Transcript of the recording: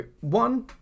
one